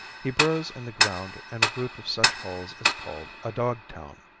he burrows in the ground and a group of such holes is called a dog town.